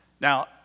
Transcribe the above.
Now